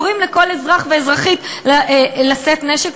קוראים לכל אזרח ואזרחית לשאת נשק,